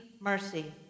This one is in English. mercy